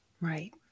Right